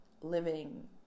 living